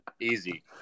Easy